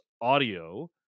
audio